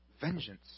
Vengeance